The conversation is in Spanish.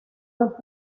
los